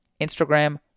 Instagram